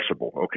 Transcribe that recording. Okay